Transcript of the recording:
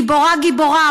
גיבורה גיבורה,